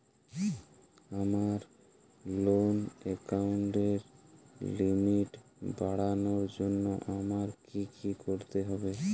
আমার লোন অ্যাকাউন্টের লিমিট বাড়ানোর জন্য আমায় কী কী করতে হবে?